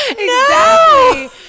No